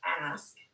ask